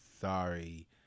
Sorry